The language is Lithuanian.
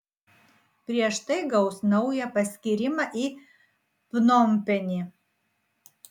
prieš tai gaus naują paskyrimą į pnompenį